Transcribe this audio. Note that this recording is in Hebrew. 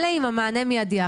אלה עם המענה המיידי,